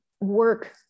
work